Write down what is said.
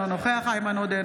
אינו נוכח איימן עודה,